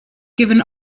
given